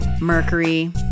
Mercury